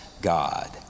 God